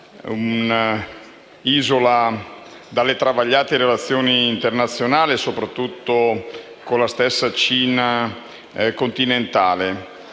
una isola dalle travagliate relazioni internazionali, soprattutto con la stessa Cina continentale.